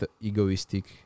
egoistic